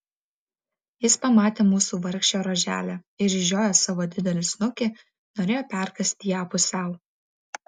jis pamatė mūsų vargšę roželę ir išžiojęs savo didelį snukį norėjo perkąsti ją pusiau